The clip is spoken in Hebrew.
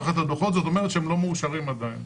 את הדוחות זאת אומרת שהם לא מאושרים עדיין.